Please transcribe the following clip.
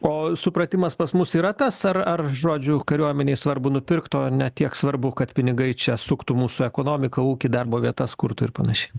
o supratimas pas mus yra tas ar ar žodžiu kariuomenei svarbu nupirkt o ne tiek svarbu kad pinigai čia suktų mūsų ekonomiką ūkį darbo vietas kurtų ir panašiai